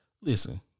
Listen